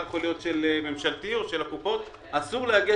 מחר יכול להיות של ממשלתי או של הקופות אסור להגיע